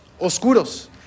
oscuros